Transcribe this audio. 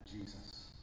Jesus